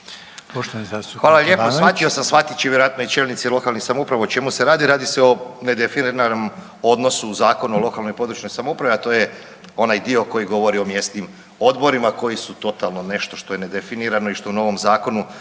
Hvala lijepo. Shvatio sam shvatit će i vjerojatno i čelnici lokalnih samouprava o čemu se radi, radi se o nedefiniranom odnosu Zakona o lokalnoj i područnoj samoupravi, a to je onaj dio koji govorim o mjesnim odborima koji su totalno nešto što je nedefinirano i što u novom zakonu